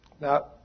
Now